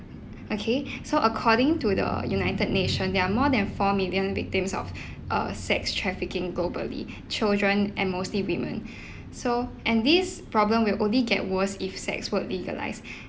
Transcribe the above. okay so according to the united nations there are more than four million victims of uh sex trafficking globally children and mostly women so and this problem will only get worst if sex work legalised